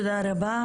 תודה רבה.